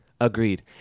Agreed